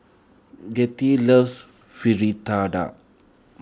Gertie loves Fritada